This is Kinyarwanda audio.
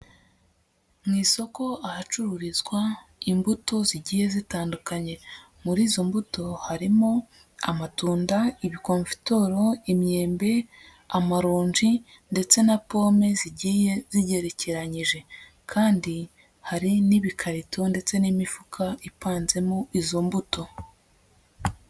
Mu isoko ahacururizwa imbuto zigiye zitandukanye. Muri izo mbuto harimo: amatunda, ibikomfitoro, imyembe, amaronji ndetse na pome zigiye zigerekeranyije. Kandi hari n'ibikarito ndetse n'imifuka ipanzemo izo mbuto.